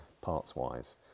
parts-wise